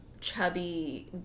chubby